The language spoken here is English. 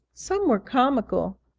some were comical,